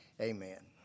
amen